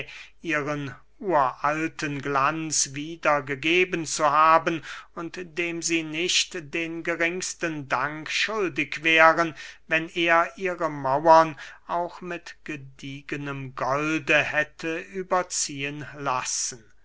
ihren uralten glanz wiedergegeben zu haben und dem sie nicht den geringsten dank schuldig wären wenn er ihre mauern auch mit gediegenem golde hätte überziehen lassen